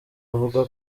avuga